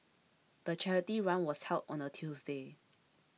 the charity run was held on a Tuesday